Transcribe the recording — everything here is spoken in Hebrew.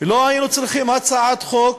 לא היינו צריכים הצעת חוק